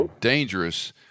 dangerous